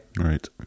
Right